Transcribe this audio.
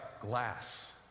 glass